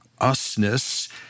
usness